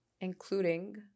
including